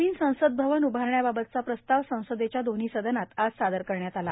नवीन संसद भवन उभारण्याबाबतचा प्रस्ताव संसदेच्या दोन्ही सदनात आज सादर करण्यात आला